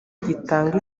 gitanga